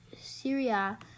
Syria